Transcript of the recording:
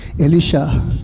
Elisha